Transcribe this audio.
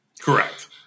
Correct